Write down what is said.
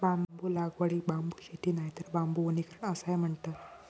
बांबू लागवडीक बांबू शेती नायतर बांबू वनीकरण असाय म्हणतत